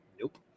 nope